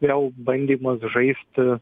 vėl bandymas žaisti